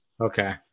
Okay